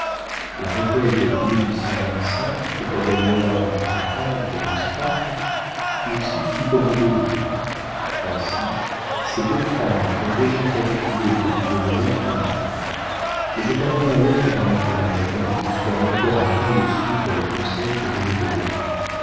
la récolte de que ta belle-mère a dans tes caves de lanstrac lui suffit pour me payer ainsi ces deux femmes ont déjà calculé que tu devais être en mer mais je t'envoie ma lettre par un courrier afin que tu sois encore à temps de suivre les conseils que je vais te donner